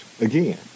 again